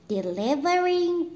Delivering